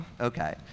Okay